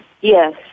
Yes